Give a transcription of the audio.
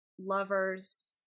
lovers